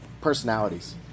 personalities